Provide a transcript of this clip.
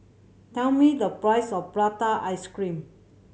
tell me the price of prata ice cream